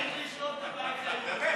תרחיב על זה, תרחיב.